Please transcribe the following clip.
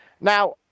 Now